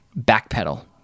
Backpedal